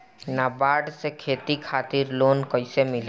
नाबार्ड से खेती खातिर लोन कइसे मिली?